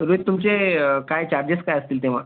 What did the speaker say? रोहित तुमचे काय चार्जेस काय असतील तेव्हा